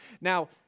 Now